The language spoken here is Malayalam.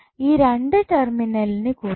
ഈ രണ്ട് ടെർമിന്നലിന് കുറുകയും